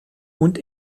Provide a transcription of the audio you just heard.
und